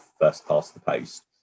first-past-the-post